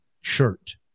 shirt